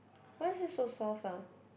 why is it so soft ah